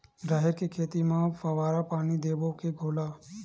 राहेर के खेती म फवारा पानी देबो के घोला?